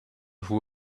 who